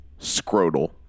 scrotal